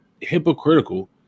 hypocritical